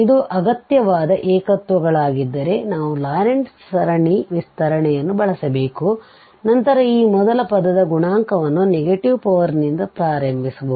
ಇದು ಅಗತ್ಯವಾದ ಏಕತ್ವ ಗಳಾಗಿದ್ದರೆ essential singular points ನಾವು ಲಾರೆಂಟ್ ಸರಣಿ ವಿಸ್ತರಣೆಯನ್ನು ಬಳಸಬೇಕು ಮತ್ತು ನಂತರ ಈ ಮೊದಲ ಪದದ ಗುಣಾಂಕವನ್ನು ನೆಗೆಟಿವ್ ಪವರ್ ನಿಂದ ಪ್ರಾರಂಭಿಸಬಹುದು